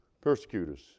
persecutors